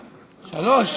שלוש.